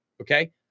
Okay